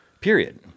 Period